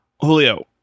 Julio